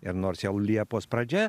ir nors jau liepos pradžia